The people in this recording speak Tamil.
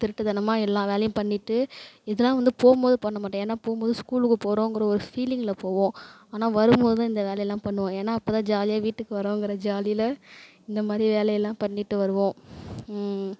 திருட்டுத்தனமாக எல்லா வேலையும் பண்ணிவிட்டு இதெல்லாம் வந்து போகும்போது பண்ணமாட்டோம் ஏன்னா போகும்போது ஸ்கூலுக்கு போறோங்கிற ஒரு ஃபீலிங்கில் போவோம் ஆனால் வரும்போது தான் இந்த வேலையெல்லாம் பண்ணுவோம் ஏன்னா அப்போதான் ஜாலியாக வீட்டுக்கு வறோங்கிற ஜாலியில இந்த மாதிரி வேலையெல்லாம் பண்ணிவிட்டு வருவோம்